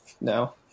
no